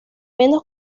menos